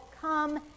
come